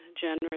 generous